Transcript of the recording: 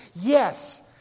Yes